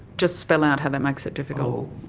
just spell out how that makes it difficult.